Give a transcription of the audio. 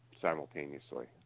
simultaneously